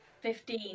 Fifteen